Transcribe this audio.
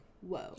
whoa